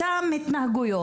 אותן התנהגויות.